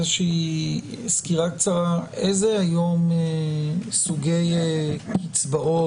איזושהי סקירה קצרה על אילו סוגי קצבאות,